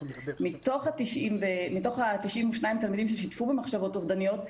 מתוך ה-92 תלמידים ששיתפו במחשבות אובדניות,